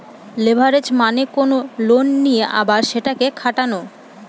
leverage মানে কোনো loan নিয়ে আবার সেটাকে খাটানো